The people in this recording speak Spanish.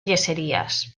yeserías